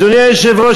אדוני היושב-ראש,